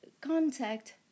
contact